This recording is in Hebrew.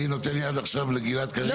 אני נותן יד עכשיו לגלעד קריב לסיים את דבריו.